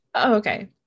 okay